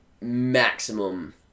maximum